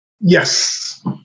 Yes